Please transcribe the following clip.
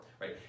right